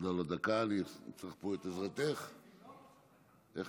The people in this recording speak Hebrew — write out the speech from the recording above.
עשרה בעד, אין מתנגדים.